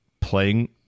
playing